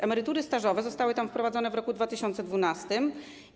Emerytury stażowe zostały tam wprowadzone w roku 2012.